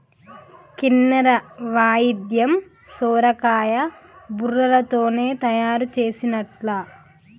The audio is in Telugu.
కిన్నెర వాయిద్యం సొరకాయ బుర్రలతోనే తయారు చేసిన్లట